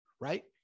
right